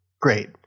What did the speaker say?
great